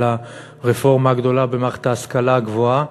הרפורמה הגדולה במערכת ההשכלה הגבוהה.